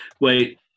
wait